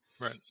Right